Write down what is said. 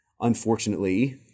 unfortunately